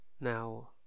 Now